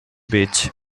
beach